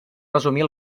resumir